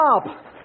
stop